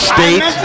State